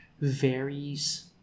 varies